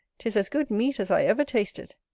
tis as good meat as i ever tasted.